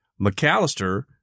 McAllister